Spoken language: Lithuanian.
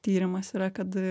tyrimas yra kad